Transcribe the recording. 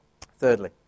Thirdly